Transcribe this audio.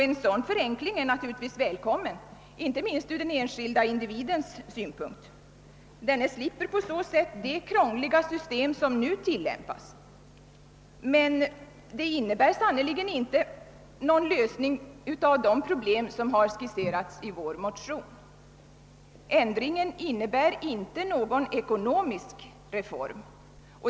En sådan förenkling är naturligtvis välkommen, inte minst ur den enskilde individens synpunkt — denne slipper på så sätt det krångliga system som nu tillämpas — men den innebär sannerligen inte någon lösning av det problem som har skisserats i våra motioner. Ändringen innebär inte någon ekonomisk reform.